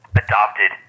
adopted